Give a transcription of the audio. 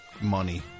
money